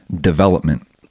development